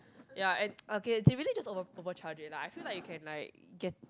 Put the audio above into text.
ya and okay they really just over over charge it lah I feel like you can like get